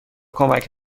کمک